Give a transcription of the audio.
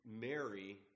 Mary